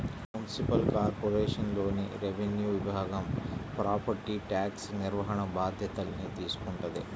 municipal కార్పొరేషన్లోని revenue విభాగం property tax నిర్వహణ బాధ్యతల్ని తీసుకుంటది